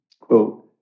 quote